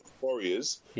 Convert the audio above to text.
Warriors